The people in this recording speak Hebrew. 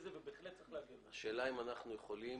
השאלה אם אנחנו יכולים